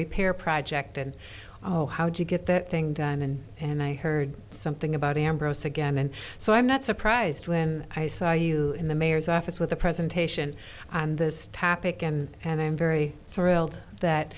repair project and oh how do you get that thing done and and i heard something about ambros again and so i'm not surprised when i saw you in the mayor's office with a presentation on this topic and i'm very thrilled that